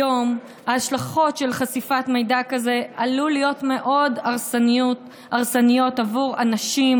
היום השלכות של חשיפת מידע כזה עלולות להיות מאוד הרסניות בעבור אנשים